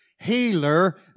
Healer